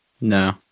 no